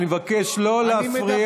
אני מבקש לא להפריע.